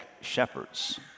shepherds